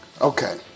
okay